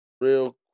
Real